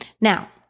Now